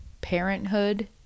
Parenthood